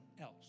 else